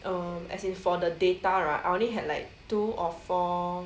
um as in for the data right I only had like two or four